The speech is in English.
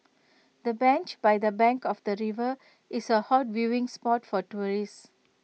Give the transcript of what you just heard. the bench by the bank of the river is A hot viewing spot for tourists